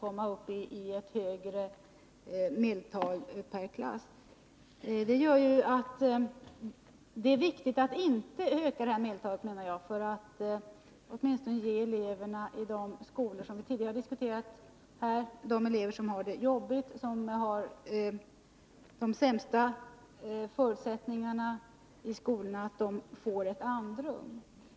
Och jag menar att det är viktigt att inte öka medeltalet — bl.a. för att ge de elever andrum som vi tidigare diskuterat, dvs. de elever som har det jobbigt, som har de sämsta förutsättningarna i skolorna.